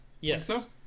yes